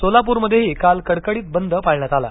सोलापूरमध्येही काल कडकडीत बंद पाळण्यात आला